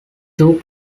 two